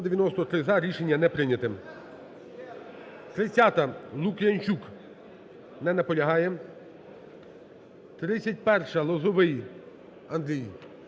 Рішення не прийнято. 30-а, Лук'янчук. Не наполягає. 31-а, Лозовий Андрій.